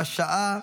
בשעה